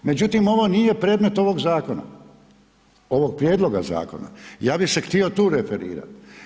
Međutim, ovo nije predmet ovog zakona, ovog prijedloga zakona, ja bi se htio tu referirat.